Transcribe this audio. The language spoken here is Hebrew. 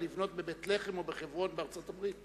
לבנות בבית-לחם או בחברון בארצות-הברית.